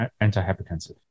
antihypertensive